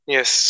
Yes